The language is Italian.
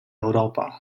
europa